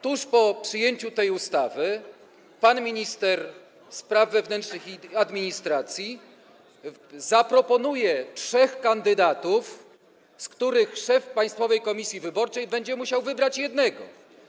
Tuż po przyjęciu tej ustawy pan minister spraw wewnętrznych i administracji zaproponuje trzech kandydatów, spośród których szef Państwowej Komisji Wyborczej będzie musiał wybrać jednego.